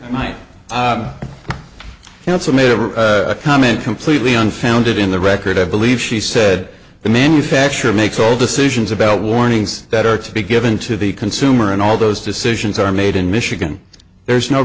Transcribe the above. counsel made a comment completely unfounded in the record i believe she said the manufacturer makes all decisions about warnings that are to be given to the consumer and all those decisions are made in michigan there's no